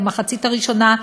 במחצית הראשונה,